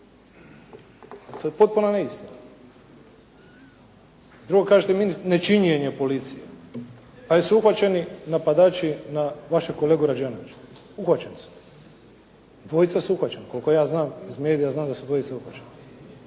To je potpuna neistina. Drugo kažete ministar, ne činjenja policije. Pa jesu uhvaćeni napadači na vašeg kolegu Rađenovića? Uhvaćeni su. Dvojica su uhvaćena. Koliko ja znam iz medija, znam da su dvojica uhvaćena.